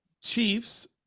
chiefs